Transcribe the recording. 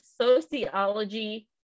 sociology